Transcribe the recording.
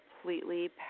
completely